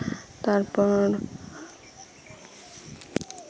ᱛᱟᱨᱯᱚᱨ